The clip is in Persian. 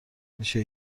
میشه